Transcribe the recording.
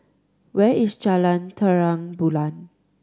where is Jalan Terang Bulan